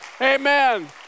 Amen